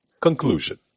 Conclusion